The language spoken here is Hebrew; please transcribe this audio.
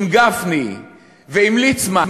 עם גפני ועם ליצמן,